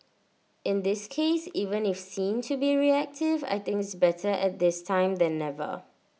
in this case even if seen to be reactive I think it's better at this time than never